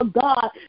God